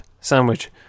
sandwich